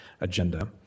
agenda